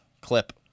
clip